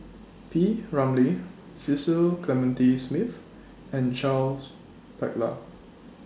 P Ramlee Cecil Clementi Smith and Charles Paglar